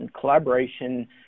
Collaboration